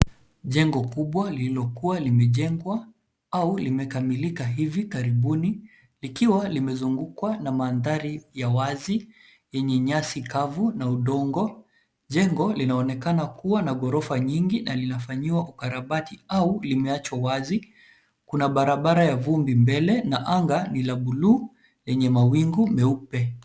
Jengo kubwa lililokua limejengwa au limekamilika hivi karibuni likiwa limezungukwa na mandhari ya wazi yenye nyasi kavu na udongo. Jengo linaonekana kuwa na ghorofa nyingi na linafanyiwa ukarabati au limeachwa wazi. Kuna barabara ya vumbi mbele na anga ni la buluu lenye mawingu meupe.